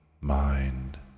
mind